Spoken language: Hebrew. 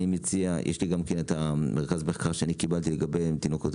יש לי גם כן את המרכז מחקר שאני קיבלתי לגבי אם תינוקות,